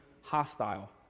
hostile